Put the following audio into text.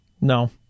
No